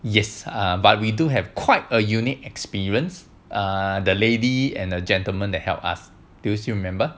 yes but we do have quite a unique experience err the lady and a gentleman that help us do you still remember